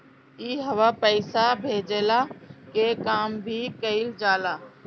इहवा पईसा भेजला के काम भी कइल जाला